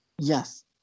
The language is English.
Yes